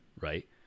right